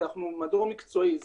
כי אנחנו מדור מקצועי,